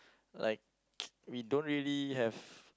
like we don't really have